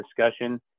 discussion